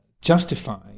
justifying